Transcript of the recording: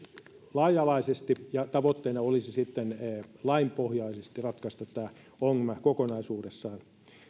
laaja alaisesti ja tavoitteena olisi lainpohjaisesti ratkaista tämä ongelma kokonaisuudessaan